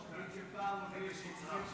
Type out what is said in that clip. תגיד שפעם רביעית פותחים תקציב,